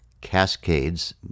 cascades